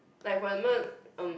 like for example erm